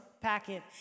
packet